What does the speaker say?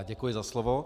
Děkuji za slovo.